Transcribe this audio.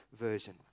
version